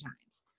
times